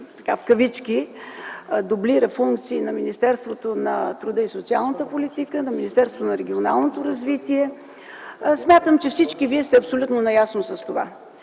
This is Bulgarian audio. доколко той „дублира” функции на Министерството на труда и социалната политика, на Министерството на регионалното развитие и благоустройството. Смятам, че всички вие сте абсолютно наясно с това.